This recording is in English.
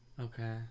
Okay